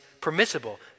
permissible